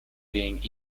being